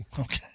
Okay